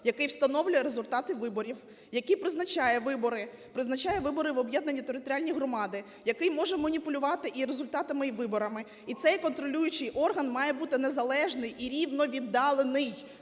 який встановлює результати виборів, який призначає вибори, призначає вибори в об'єднані територіальні громади, який може маніпулювати і результатами, і виборами. І цей контролюючий орган має бути незалежний і рівновіддалений,